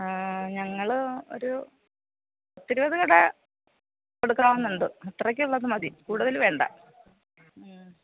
ഞങ്ങൾ ഒരു പത്ത് ഇരുപത് കട കൊടുക്കണമെന്നുണ്ട് അത്രയ്ക്കുള്ളത് മതി കൂടുതൽ വേണ്ട